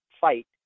fight